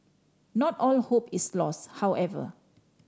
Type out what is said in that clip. not all hope is lost however